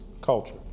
culture